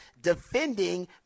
defending